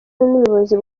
n’ubuyobozi